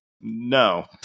no